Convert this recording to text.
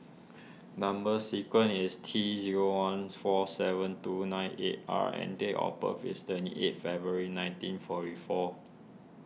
Number Sequence is T zero one four seven two nine eight R and date of birth is twenty eight February nineteen forty four